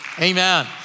amen